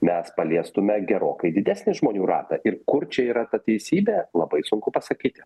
mes paliestume gerokai didesnį žmonių ratą ir kur čia yra ta teisybė labai sunku pasakyti